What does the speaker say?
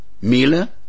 Mila